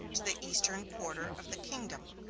to the eastern quarter of the kingdom.